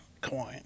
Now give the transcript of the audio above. coin